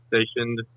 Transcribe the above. stationed